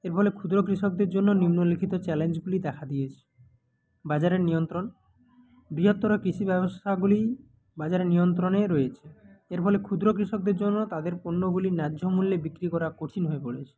এর ফলে ক্ষুদ্র কৃষকদের জন্য নিম্নলিখিত চ্যালেঞ্জগুলি দেখা দিয়েছে বাজারের নিয়ন্ত্রণ বৃহত্তর কৃষি ব্যবসাগুলি বাজারে নিয়ন্ত্রণে রয়েছে এর ফলে ক্ষুদ্র কৃষকদের জন্য তাদের পণ্যগুলি ন্যায্য মূল্যে বিক্রি করা কঠিন হয়ে পড়েছে